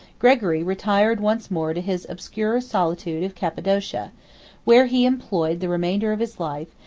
gregory retired once more to his obscure solitude of cappadocia where he employed the remainder of his life,